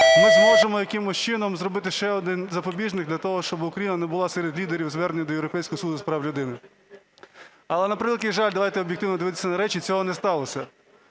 ми зможемо якимось чином зробити ще один запобіжник для того, щоб Україна не була серед лідерів звернень до Європейського суду з прав людини. Але, на превеликий жаль, давайте об'єктивно дивитися на речі, цього не сталося.